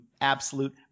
absolute